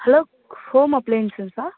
hello home அப்ளையன்சஸா